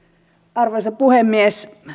arvoisa puhemies